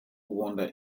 wonder